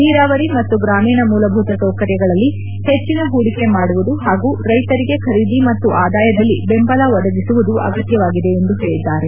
ನೀರಾವರಿ ಮತ್ತು ಗ್ರಾಮೀಣ ಮೂಲಭೂತ ಸೌಕರ್ಯಗಳಲ್ಲಿ ಹೆಚ್ಚಿನ ಹೂಡಿಕೆ ಮಾಡುವುದು ಹಾಗೂ ರೈತರಿಗೆ ಖರೀದಿ ಮತ್ತು ಆದಾಯದಲ್ಲಿ ಬೆಂಬಲ ಒದಗಿಸುವುದು ಅಗತ್ಲವಾಗಿದೆ ಎಂದು ಹೇಳಿದ್ದಾರೆ